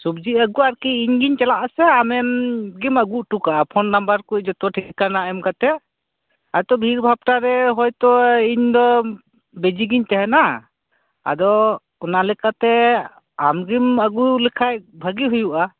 ᱥᱚᱵᱽᱡᱤ ᱟᱹᱜᱩ ᱟᱨ ᱠᱤ ᱤᱧ ᱜᱤᱧ ᱪᱟᱞᱟᱜ ᱟ ᱥᱮ ᱟᱢᱜᱮᱢ ᱟᱹᱜᱩ ᱦᱚᱴᱚ ᱠᱟᱜ ᱟ ᱯᱷᱚᱱ ᱱᱟᱢᱵᱟᱨ ᱠᱚ ᱡᱚᱛᱚ ᱴᱷᱤᱠᱟᱱᱟ ᱮᱢ ᱠᱟᱛᱮᱫ ᱮᱛᱚ ᱵᱷᱤᱲ ᱵᱷᱟᱴᱴᱟᱨᱮ ᱦᱚᱭᱛᱚ ᱤᱧ ᱫᱚ ᱵᱤᱡᱤ ᱜᱤᱧ ᱛᱟᱦᱮᱸᱱᱟ ᱟᱫᱚ ᱚᱱᱟ ᱞᱮᱠᱟᱛᱮ ᱟᱢ ᱜᱮᱢ ᱟᱹᱜᱩ ᱞᱮᱠᱷᱟᱡ ᱵᱷᱟ ᱜᱤ ᱦᱩᱭᱩᱜ ᱟ